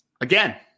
Again